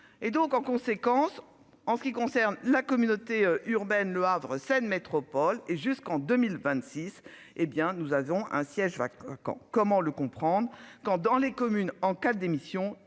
en conséquence, en ce qui concerne la communauté urbaine Le Havre Seine Métropole et jusqu'en 2026. Eh bien nous avons un siège vacant quoi quand comment le comprendre